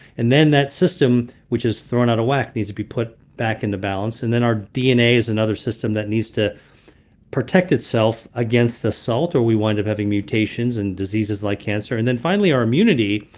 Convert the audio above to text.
and then that system, which is thrown out of whack, needs to be put back into balance. and then our dna is another system that needs to protect itself against assault or we wind up having mutations and diseases like cancer. and then finally our immunity,